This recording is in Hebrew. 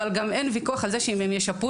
אבל גם אין ויכוח על זה שאם הם ישפרו